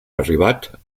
arribat